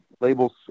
labels